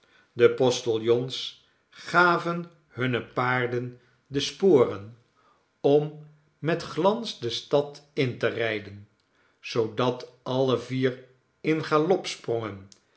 de postiljons gaven hunne paarden de sporen om met glans de stad in te rijden zoodat alle vier in